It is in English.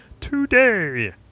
today